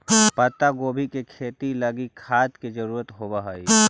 पत्तागोभी के खेती लागी खाद के जरूरत होब हई